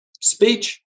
speech